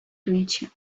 creature